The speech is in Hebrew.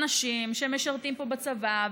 אנשים שמשרתים פה בצבא,